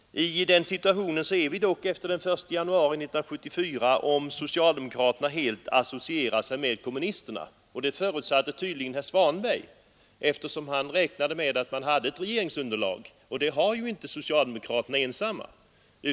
I den situationen är vi dock efter den 1 januari 1974, om socialdemokraterna helt associerar sig med kommunisterna — och det förutsatte tydligen herr Svanberg, eftersom han räknade med att man hade ett regeringsunderlag. Det har ju inte socialdemokraterna ensamma.